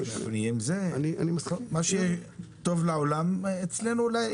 מה שטוב לעולם לא בהכרח טוב אצלנו.